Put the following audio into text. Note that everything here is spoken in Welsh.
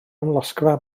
amlosgfa